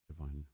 divine